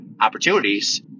opportunities